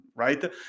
Right